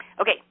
Okay